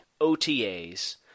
OTAs